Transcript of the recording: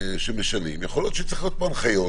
יכול להיות שצריכות להיות פה הנחיות